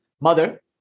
Mother